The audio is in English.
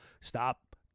stop